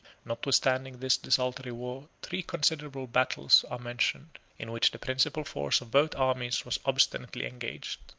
notwithstanding this desultory war, three considerable battles are mentioned, in which the principal force of both armies was obstinately engaged.